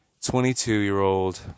22-year-old